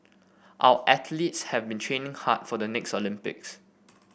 our athletes have been training hard for the next Olympics